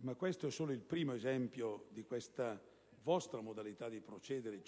Ma questo è solo il primo esempio di questa vostra cieca modalità di procedere,